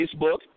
Facebook